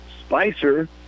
Spicer